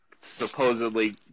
supposedly